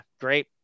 Great